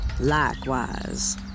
Likewise